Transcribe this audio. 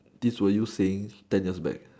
this was you saying ten years back